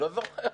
לא זוכר.